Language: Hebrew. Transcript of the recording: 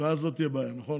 ואז לא תהיה בעיה, נכון?